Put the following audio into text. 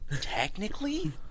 Technically